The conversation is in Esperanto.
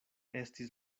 estis